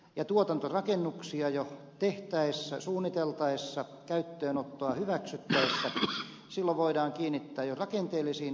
jo tuotantorakennuksia tehtäessä suunniteltaessa ja käyttöönot toa hyväksyttäessä voidaan kiinnittää rakenteellisiin asioihin huomiota